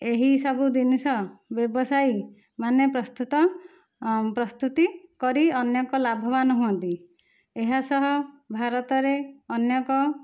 ଏହିସବୁ ଜିନିଷ ବ୍ୟବସାୟୀମାନେ ପ୍ରସ୍ତୁତ ପ୍ରସ୍ତୁତି କରି ଅନେକ ଲାଭବାନ ହୁଅନ୍ତି ଏହାସହ ଭାରତରେ ଅନେକ